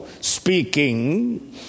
speaking